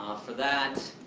for that,